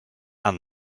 and